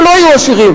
שלא יהיו עשירים,